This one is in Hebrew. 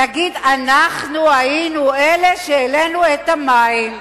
תגיד: אנחנו היינו אלה שהעלו את מחיר המים.